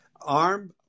arm